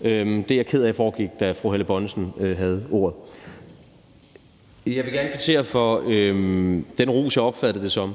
er jeg ked af foregik, da fru Helle Bonnesen havde ordet. Jeg vil gerne kvittere for den ros, jeg opfattede det som,